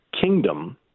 kingdom